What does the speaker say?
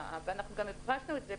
אנחנו גם הדגשנו את זה.